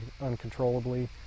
uncontrollably